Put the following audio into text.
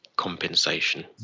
compensation